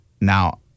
now